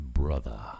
brother